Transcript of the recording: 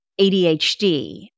ADHD